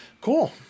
Cool